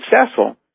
successful